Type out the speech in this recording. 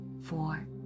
four